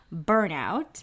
burnout